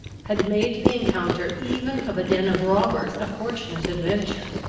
had made the encounter even of a den of robbers a fortunate adventure.